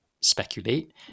speculate